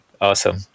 Awesome